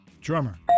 Drummer